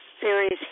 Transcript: Series